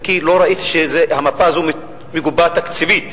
אם כי לא ראיתי שהמפה הזאת מגובה תקציבית,